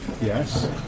Yes